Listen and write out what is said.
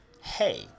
hey